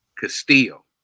Castillo